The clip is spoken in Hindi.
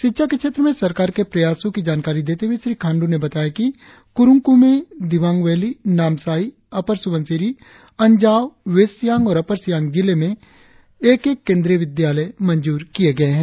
शिक्षा के क्षेत्र में सरकार के प्रयास की जानकारी देते हुए श्री खांडू ने बताया कि Kurung Kumey Dibang valley Namsai upper Subansiri Anjaw west Siang और अपर सियांग जिले के लिए एक एक केंद्रीय विद्यालय मंजूर किये गए है